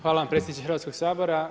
Hvala vam predsjedniče Hrvatskog sabora.